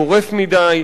גורף מדי,